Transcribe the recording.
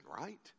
right